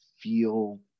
feel